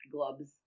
Gloves